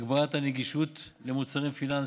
הגברת הנגישות למוצרים פיננסיים,